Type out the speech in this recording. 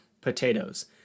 potatoes